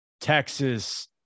Texas